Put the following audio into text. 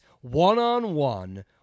one-on-one